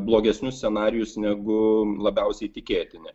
blogesnius scenarijus negu labiausiai tikėtini